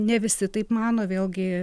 ne visi taip mano vėlgi